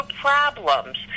problems